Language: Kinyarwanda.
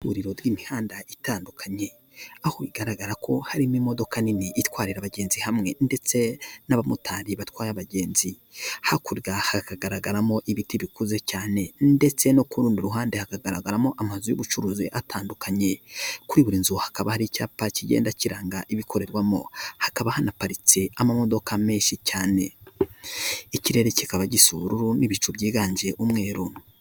Ihuriro ry'imihanda itandukanye, aho bigaragara ko harimo imodoka nini itwarira abagenzi hamwe ndetse n'abamotari batwaye abagenzi. Hakurya hakagaragaramo ibiti bikuze cyane, ndetse no ku rundi ruhande hakagaragaramo amazu y'ubucuruzi atandukanye. Kuri buri nzu hakaba hari icyapa kigenda kiranga ibikorerwamo, hakaba hanaparitse amamodoka menshi cyane. Ikirere kikaba gisa ubururu n'ibicu byiganje umweru.